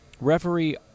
Referee